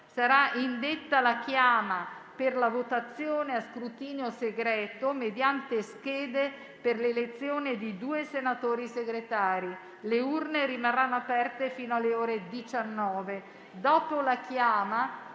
sarà indetta la chiama per la votazione a scrutinio segreto mediante schede per l'elezione di due senatori Segretari. Le urne rimarranno aperte fino alle ore 19. Dopo la chiama